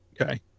Okay